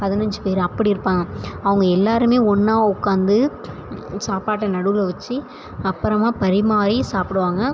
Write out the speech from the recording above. பதினஞ்சு பேர் அப்படி இருப்பாங்க அவங்க எல்லோருமே ஒன்றா உக்கார்ந்து சாப்பாட்டை நடுவில் வச்சு அப்புறமா பரிமாறி சாப்பிடுவாங்க